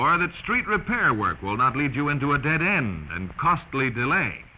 or that street repair work will not lead you into a dead end and costly delay